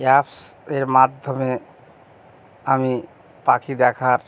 অ্যাপসের মাধ্যমে আমি পাখি দেখার